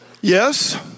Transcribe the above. yes